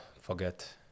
forget